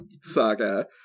saga